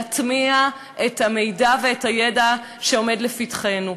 להטמיע את המידע ואת הידע שעומדים לפתחנו,